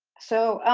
so,